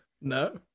No